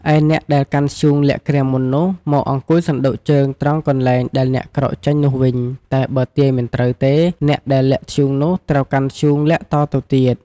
ឯអ្នកដែលកាន់ធ្យូងលាក់គ្រាមុននោះ មកអង្គុយសណ្តូកជើងត្រង់កន្លែងដែលអ្នកក្រោកចេញនោះវិញ តែបើទាយមិនត្រូវទេ អ្នកដែលលាក់ធ្យូងនោះ ត្រូវកាន់ធ្យូងលាក់តទៅទៀត។